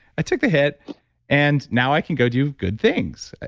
i took the hit and now i can go do good things.